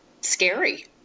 scary